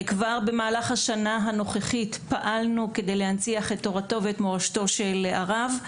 כבר במהלך השנה הנוכחית פעלנו כדי להנציח את תורתו ואת מורשתו של הרב.